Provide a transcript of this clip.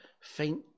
faint